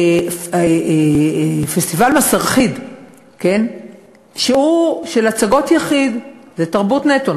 פסטיבל "מסרחיד" של הצגות יחיד זו תרבות נטו,